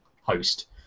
host